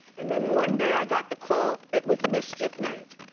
and then one day i got the call. it was mischief night,